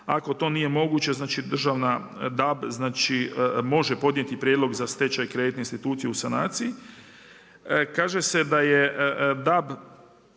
Ako to nije moguće, znači DAB može podnijeti prijedlog za stečaj kreditne institucije u sanaciji. Kaže se da DAB